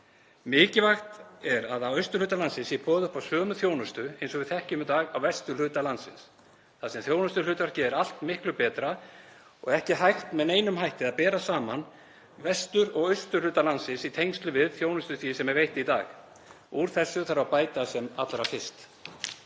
Mikilvægt er að á austurhluta landsins sé boðið upp á sömu þjónustu eins og við þekkjum í dag á vesturhluta landsins þar sem þjónustuhlutverkið er allt miklu betra og ekki hægt með neinum hætti að bera saman vestur- og austurhluta landsins í tengslum við þjónustustigið sem er veitt í dag. Úr þessu þarf að bæta sem allra fyrst.